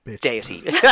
deity